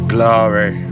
Glory